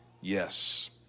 yes